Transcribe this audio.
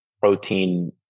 protein